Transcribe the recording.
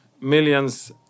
millions